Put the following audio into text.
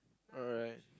alright